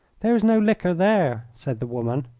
there is no liquor there, said the woman.